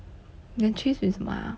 then cheese with 什么啊